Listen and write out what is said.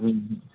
हम्म हम्म